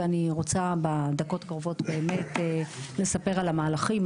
ואני רוצה בדקות הקרובות לספר על המהלכים,